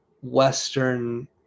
Western